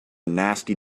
nasty